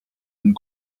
and